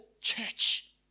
church